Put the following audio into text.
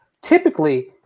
typically